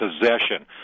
possession